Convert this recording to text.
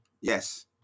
Yes